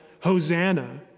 Hosanna